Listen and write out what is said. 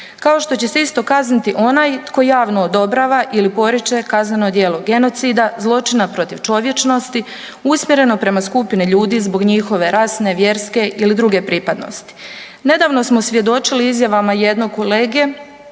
kao što će se isto kazniti onaj tko javno odobrava ili poriče kazneno djelo genocida zločina protiv čovječnosti usmjereno prema skupini ljudi zbog njihove rasne, vjerske ili druge pripadnosti. Nedavno smo svjedočili izjavama jednog kolege